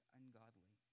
ungodly